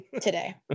today